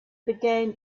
began